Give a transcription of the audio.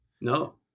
No